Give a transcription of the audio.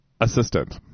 assistant